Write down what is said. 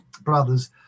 brothers